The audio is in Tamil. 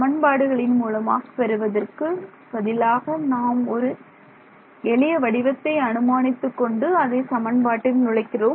சமன்பாடுகளின் மூலமாக பெறுவதற்கு பதிலாக நாம் ஒரு எளிய வடிவத்தை அனுமானித்துக் கொண்டு அதை சமன்பாட்டில் நுழைக்கிறோம்